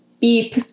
beep